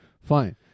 fine